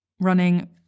running